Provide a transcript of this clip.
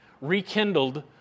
rekindled